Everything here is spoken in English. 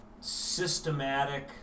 systematic